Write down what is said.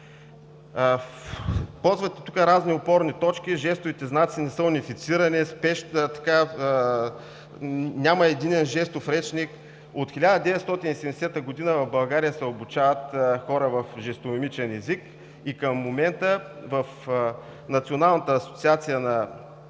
Ползвате разни опорни точки – жестовите знаци не са унифицирани, няма единен жестов речник. От 1970 г. в България се обучават хора в жестомимичен език и към момента в Националната асоциация на